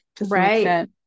right